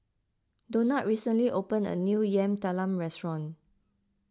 Donat recently opened a new Yam Talam restaurant